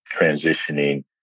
transitioning